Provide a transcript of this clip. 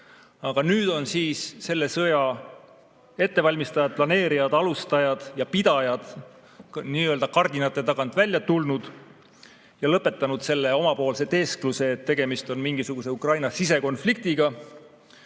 Aga nüüd on selle sõja ettevalmistajad, planeerijad, alustajad ja pidajad nii-öelda kardinate tagant välja tulnud ja lõpetanud teeskluse, et tegemist on mingisuguse Ukraina sisekonfliktiga,